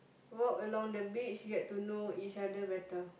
walk along the beach you had to know each other better